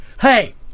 hey